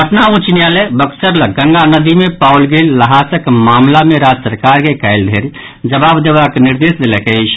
पटना उच्च न्यायालय बक्सर लऽग गंगा नदी मे पाओल गेल ल्हासक मामिला मे राज्य सरकार के काल्हि धरि जवाब देबाक निर्देश देलक अछि